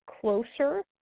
closer